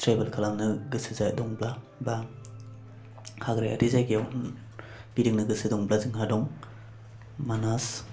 travel खालामनो गोसो जादोंब्ला बा हाग्रायारि जायगायाव गिदिंनो गोसो दंब्ला जोंहा दं मानास